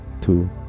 two